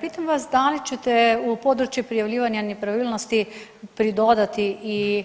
Pitam vas da li ćete u području prijavljivanja nepravilnosti pridodati i